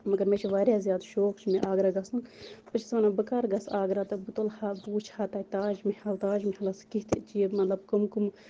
مگر مےٚ چھُ واریاہ زیادٕ شوق چھُ مےٚ آگرا گَژھنُک بہٕ چھَس وَنان بہٕ کر گَژھٕ آگرا تہٕ بہٕ تُلہٕ ہا بہٕ وٕچھہٕ ہا تَتہِ تاج محل تاج مَحلَس کِتھ چیٖز مَطلَب کم کم